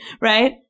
right